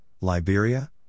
Liberia